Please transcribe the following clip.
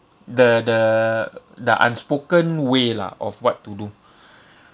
the the the unspoken way lah of what to do